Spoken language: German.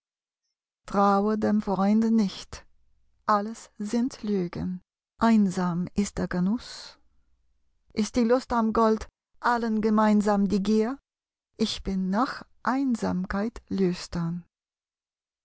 traue dem freund nicht alles sind lügen einsam ist der genuß ist die lust am gold allen gemeinsam die gier ich bin nach einsamkeit lüstern